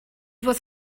was